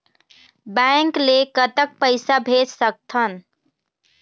Bank ले कतक पैसा भेज सकथन?